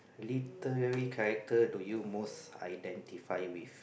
literally character do you most identify with